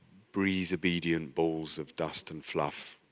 breeze-obedient balls of dust and fluff,